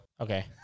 Okay